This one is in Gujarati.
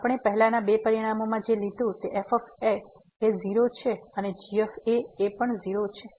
તેથી આપણે પહેલાનાં બે પરિણામોમાં જે લીધું છે તે f એ 0 છે અને g એ ૦ છે